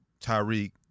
Tyreek